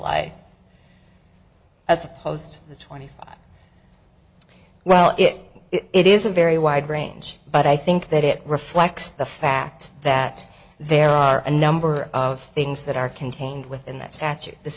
i as opposed to twenty well it it is a very wide range but i think that it reflects the fact that there are a number of things that are contained within that statute this